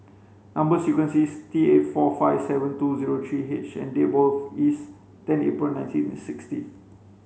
number sequence is T eight four five seven two zero three H and is ten April nineteen sixty